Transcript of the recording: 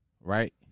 Right